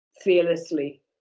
fearlessly